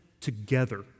together